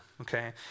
okay